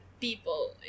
people